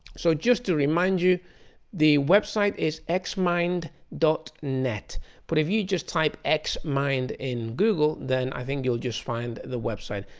so just to remind you the website is xmind dot net but if you just type xmind in google then i think you'll just find the website.